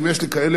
אם יש לי כאלה,